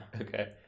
okay